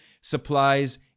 supplies